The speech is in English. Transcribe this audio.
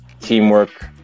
teamwork